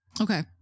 Okay